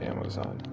Amazon